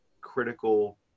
critical